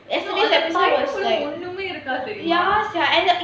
ஒண்ணுமே இருக்காது யாரு சொன்னா:onnumae irukaathu yaar sonna